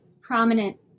prominent